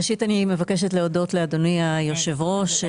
ראשית אני מבקשת להודות לאדוני היושב-ראש.